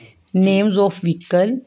names of vehicle